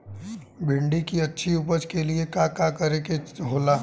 भिंडी की अच्छी उपज के लिए का का करे के होला?